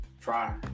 try